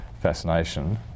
Fascination